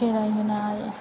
खेराइ होनाय